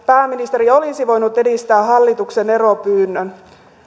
pääministeri olisi voinut esittää hallituksen eropyynnön